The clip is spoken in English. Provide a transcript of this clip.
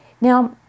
Now